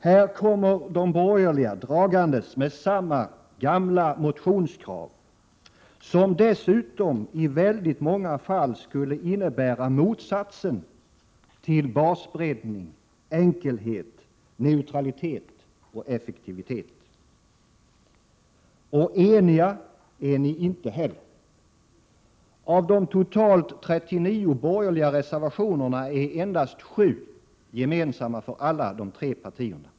Här kommer de borgerliga dragandes med samma gamla motionskrav, som dessutom i väldigt många fall skulle innebära motsatsen till basbreddning, enkelhet, neutralitet och effektivitet. Och eniga är ni inte heller! Av de totalt 39 borgerliga reservationerna är endast 7 gemensamma för alla de tre partierna.